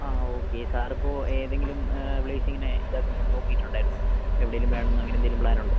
ആ okay sir ഇപ്പോൾ ഏതെങ്കിലും പ്ലേയ്സിങ്ങിനെ ഇതാക്കുമ്പോൾ നോക്കിയിട്ട് ഉണ്ടായിരുന്നോ എവിടെയെങ്കിലും വേണമെന്ന് അങ്ങനെ എന്തെങ്കിലും പ്ലാൻ ഉണ്ടോ